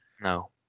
No